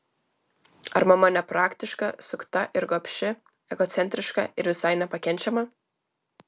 ar mama nepraktiška sukta ir gobši egocentriška ir visai nepakenčiama